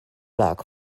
block